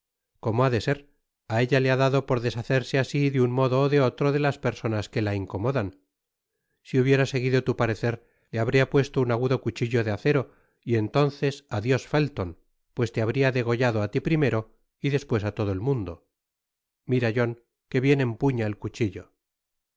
como ha de ser á ella le ha dado por deshacerse asi de un modo ó de otro de las personas que la incomodan si hubiera seguido tu pa recer le habria puesto un agudo cuchillo de acero y entonces adios felton pues te habria degollado á ti primero y despues á todo el mundo mira john que bien empuña el cuchillo